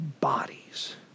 bodies